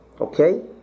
Okay